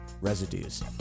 residues